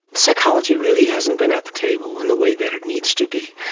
psychology really hasn't been at the table in the way that it needs to be.